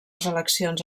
eleccions